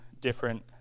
different